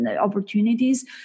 opportunities